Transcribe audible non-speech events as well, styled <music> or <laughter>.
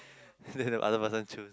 <breath> then the other person choose